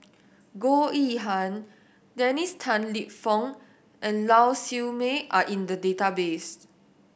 Goh Yihan Dennis Tan Lip Fong and Lau Siew Mei are in the database